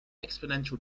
exponential